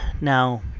now